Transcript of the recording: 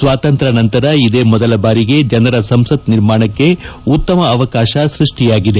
ಸ್ವಾತಂತ್ರ್ವ ನಂತರ ಇದೇ ಮೊದಲ ಬಾರಿಗೆ ಜನರ ಸಂಸತ್ ನಿರ್ಮಾಣಕ್ಕೆ ಉತ್ತಮ ಅವಕಾಶ ಸೃಷ್ಷಿಯಾಗಿದೆ